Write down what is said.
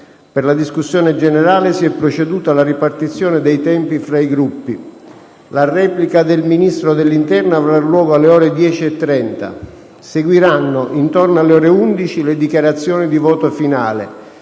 Per la discussione generale si è proceduto alla ripartizione dei tempi tra i Gruppi. La replica del Ministro dell'interno avrà luogo alle ore 10,30. Seguiranno, intorno alle ore 11, le dichiarazioni di voto finale.